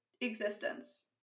existence